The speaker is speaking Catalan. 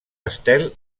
estel